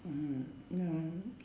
mm ya